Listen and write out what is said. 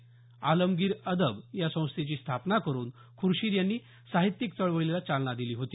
आलमगीर अदब या संस्थेची स्थापना करुन खुर्शीद यांनी साहित्यिक चळवळीला चालना दिली होती